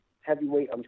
heavyweight